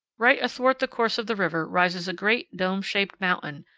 right athwart the course of the river rises a great dome-shaped mountain,